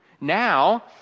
Now